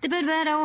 Det bør òg vera